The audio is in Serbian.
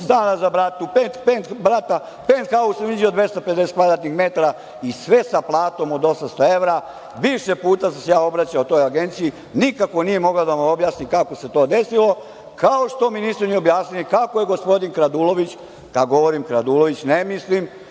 stan za brata, pent haus u Inđiji od 250 kvadratnih metara i sve sa platom od 800 evra? Više puta sam se ja obraćao toj Agenciji, nikako nije mogla da nam objasni kako se to desilo, kao što mi nisu objasnili kako je gospodin kradulović, ja govorim kradulović, ne mislim